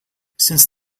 since